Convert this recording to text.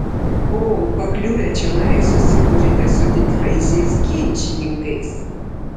o pakliuvę čionai susiduriate su tikraisiais ginčininkais